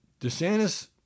DeSantis